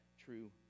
true